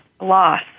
loss